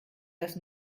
das